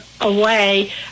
away